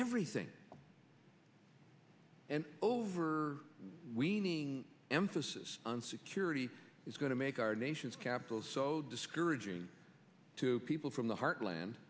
everything and over weening emphasis on security is going to make our nation's capital so discouraging to people from the heartland